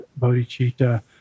bodhicitta